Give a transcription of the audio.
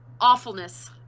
awfulness